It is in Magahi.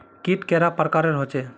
कीट कैडा पर प्रकारेर होचे?